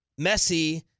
Messi